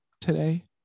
today